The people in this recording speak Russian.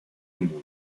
муну